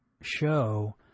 show